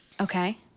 okay